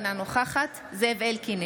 אינה נוכחת זאב אלקין,